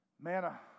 Manna